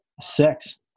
Six